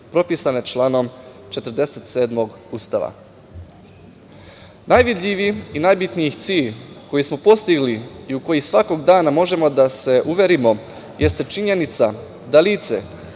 propisane članom 47. Ustava. Najvidljiviji i najbitniji cilj koji smo postigli i u koji svakog dana možemo da se uverimo jeste činjenica da lice